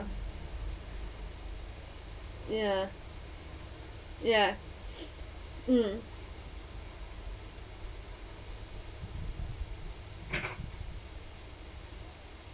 ya ya mm